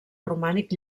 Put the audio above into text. romànic